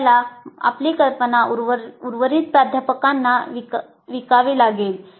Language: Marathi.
आपल्याला आपली कल्पना उर्वरित प्राध्यापकांना विकावी लागेल